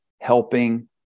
helping